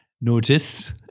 notice